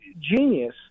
genius